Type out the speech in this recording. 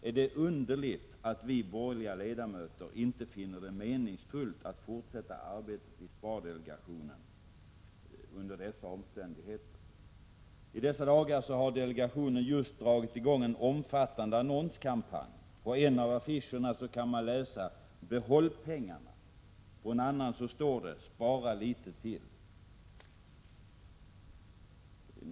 Är det underligt att vi borgerliga ledamöter under dessa omständigheter inte finner det meningsfullt att fortsätta arbetet i spardelegationen? I dessa dagar har delegationen just dragit i gång en omfattande annonskampanj. På en av affischerna kan man läsa: Behåll pengarna! På en annan står det: Spara litet till!